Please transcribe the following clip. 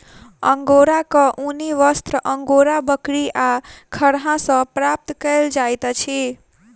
अंगोराक ऊनी वस्त्र अंगोरा बकरी आ खरहा सॅ प्राप्त कयल जाइत अछि